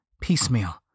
piecemeal